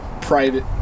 private